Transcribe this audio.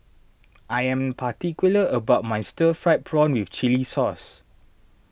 I am particular about my Stir Fried Prawn with Chili Sauce